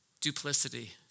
duplicity